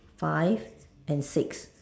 five and six